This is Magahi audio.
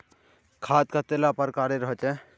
खाद कतेला प्रकारेर होचे?